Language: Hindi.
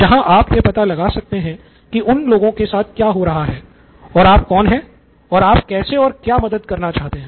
जहां आप यह पता लगा सकते हैं कि उन लोगों के साथ क्या हो रहा है और आप कौन हैं और आप कैसे और क्या मदद करना चाहते हैं